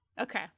Okay